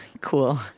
Cool